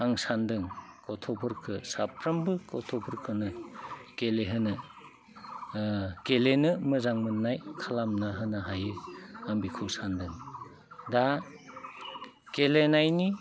आं सान्दों गथ'फोरखो साफ्रोमबो गथ'फोरखोनो गेलेहोनो गेलेनो मोजां मोननाय खालामना होनो हायो आं बेखौ सान्दों दा गेलेनायनि